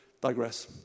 digress